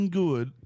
good